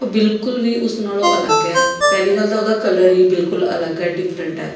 ਬਿਲਕੁਲ ਵੀ ਉਸ ਨਾਲੋਂ ਅਲੱਗ ਹੈ ਪਹਿਲੀ ਗੱਲ ਤਾਂ ਉਹਦਾ ਕਲਰ ਹੀ ਬਿਲਕੁਲ ਅਲੱਗ ਹੈ ਡਿਫਰੈਂਟ ਹੈ